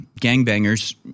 gangbangers